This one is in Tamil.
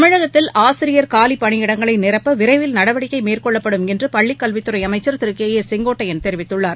தமிழகத்தில் ஆசிரியர் காலிப் பணியிடங்களை நிரப்ப விரைவில் நடவடிக்கை மேற்கொள்ளப்படும் என்று பள்ளிக் கல்வித்துறை அமைச்சர் திரு கேஏ செங்கோட்டையன் தெரிவித்துள்ளார்